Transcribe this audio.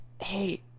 Hey